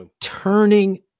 turning